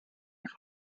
and